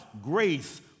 grace